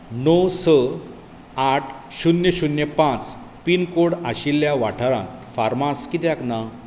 णव स आठ शून्य शून्य पांच पिनकोड आशिल्ल्या वाठारांत फार्मास कित्याक ना